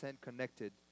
connected